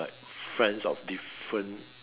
like friends of different